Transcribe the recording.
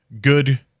good